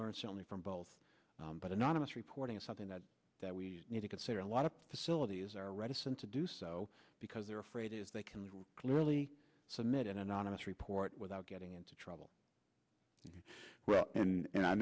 learn something from both but anonymous reporting is something that that we need to consider a lot of facilities are reticent to do so because they're afraid they can clearly submit an anonymous report without getting into trouble and